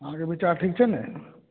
अहाँके विचार ठीक छै ने